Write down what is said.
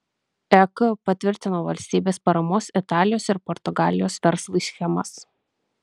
ek patvirtino valstybės paramos italijos ir portugalijos verslui schemas